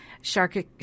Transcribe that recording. Shark